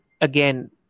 again